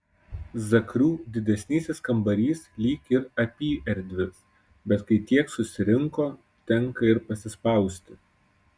zakrių didesnysis kambarys lyg ir apyerdvis bet kai tiek susirinko tenka ir pasispausti